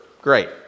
great